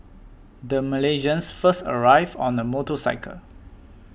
the Malaysians first arrived on a motorcycle